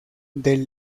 del